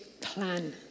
plan